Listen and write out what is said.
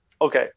Okay